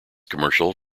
commercial